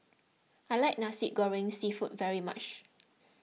I like Nasi Goreng Seafood very much